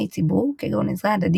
כנסת.